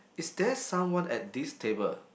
is there someone at this table